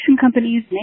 companies